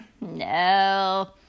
No